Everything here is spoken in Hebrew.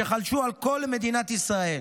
שחלשו על כל מדינת ישראל.